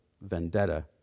vendetta